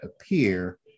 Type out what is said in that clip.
appear